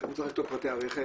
הוא צריך לכתוב פרטי הרכב,